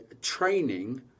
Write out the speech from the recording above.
training